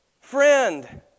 friend